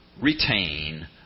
retain